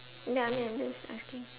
ya I mean I'm just asking